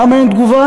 למה אין תגובה?